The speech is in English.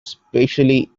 especially